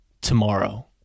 tomorrow